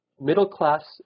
middle-class